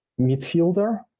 midfielder